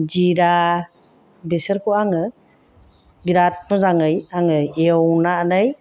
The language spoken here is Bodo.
जिरा बेफोरखौ आङो बिराद मोजाङै आङो एवनानै